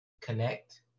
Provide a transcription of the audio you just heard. connect